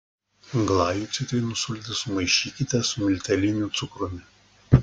glajui citrinų sultis sumaišykite su milteliniu cukrumi